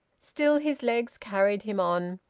still his legs carried him on,